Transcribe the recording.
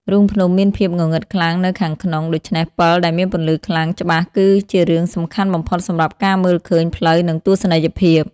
រូងភ្នំមានភាពងងឹតខ្លាំងនៅខាងក្នុង ដូច្នេះពិលដែលមានពន្លឺខ្លាំងច្បាស់គឺជារឿងសំខាន់បំផុតសម្រាប់ការមើលឃើញផ្លូវនិងទស្សនីយភាព។